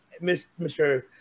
mr